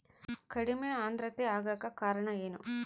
ಕಡಿಮೆ ಆಂದ್ರತೆ ಆಗಕ ಕಾರಣ ಏನು?